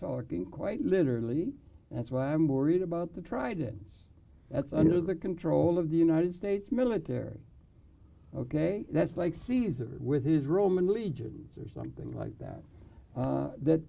talking quite literally that's why i'm worried about the trident that's under the control of the united states military ok that's like caesar with his roman legions or something like that that th